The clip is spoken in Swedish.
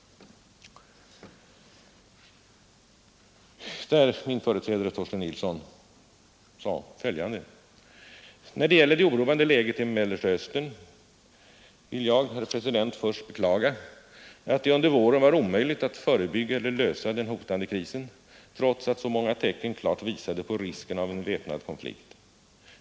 Där sade min företrädare Torsten Nilsson följande: ”När det gäller det oroande läget i Mellersta Östern vill jag, Herr President, först beklaga att det under våren var omöjligt att förebygga eller lösa den hotande krisen trots att så många tecken klart visade på risken av en väpnad konflikt.